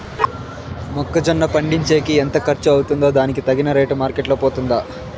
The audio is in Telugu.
మొక్క జొన్న పండించేకి ఎంత ఖర్చు వస్తుందో దానికి తగిన రేటు మార్కెట్ లో పోతుందా?